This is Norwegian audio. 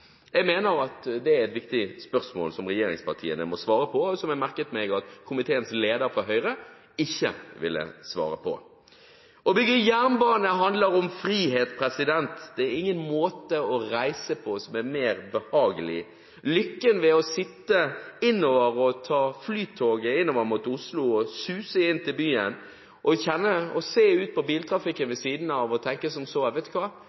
Jeg mener at det er et viktig spørsmål som regjeringspartiene må svare på, og som jeg merket meg at komiteens leder, fra Høyre, ikke ville svare på. Å bygge jernbane handler om frihet. Det er ingen måte å reise på som er mer behagelig. Det er en lykke å sitte på Flytoget innover mot Oslo, suse inn til byen og se ut på biltrafikken ved siden av og tenke som så: Vet du hva,